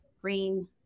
green